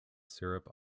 syrup